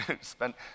spent